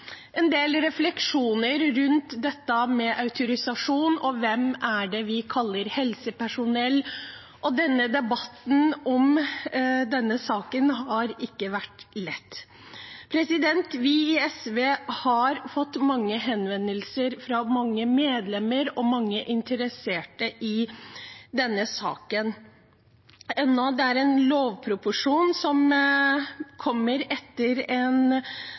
en del refleksjoner rundt autorisasjon og hvem vi kaller helsepersonell. Debatten om denne saken har ikke vært lett. Vi i SV har fått mange henvendelser fra mange medlemmer og interesserte i denne saken. Det er en lovproposisjon vedrørende naprapater og osteopater som kommer etter noe Fysioterapeutforbundet kalte en